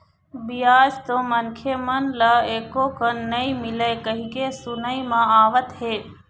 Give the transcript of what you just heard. बियाज तो मनखे मन ल एको कन नइ मिलय कहिके सुनई म आवत हे